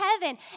heaven